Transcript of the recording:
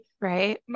right